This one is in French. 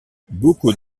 beaucoup